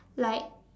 like